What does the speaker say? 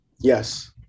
Yes